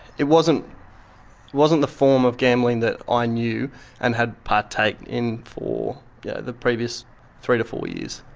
it wasn't wasn't the form of gambling that i knew and had partaken in for yeah the previous three to four years.